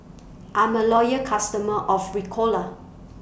I'm A Loyal customer of Ricola